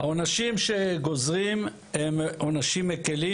העונשים שגוזרים הם עונשים מקלים